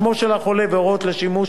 שמו של החולה והוראות לשימוש.